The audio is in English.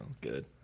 good